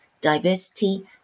Diversity